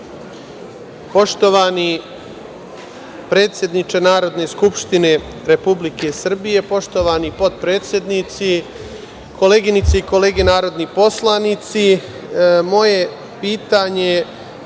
Poštovani predsedniče Narodne skupštine Republike Srbije, poštovani potpredsednici, koleginice i kolege narodni poslanici, moje pitanje će